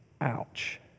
Ouch